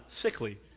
sickly